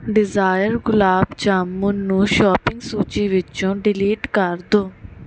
desire gulab jamun ਨੂੰ shopping ਸੂਚੀ ਵਿੱਚੋਂ ਡਿਲੀਟ ਕਰ ਦਿਉ